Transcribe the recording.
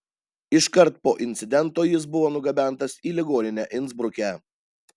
iškart po incidento jis buvo nugabentas į ligoninę insbruke